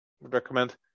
recommend